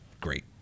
great